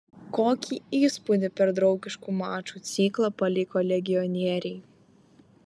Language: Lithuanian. kokį įspūdį per draugiškų mačų ciklą paliko legionieriai